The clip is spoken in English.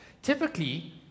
Typically